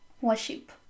worship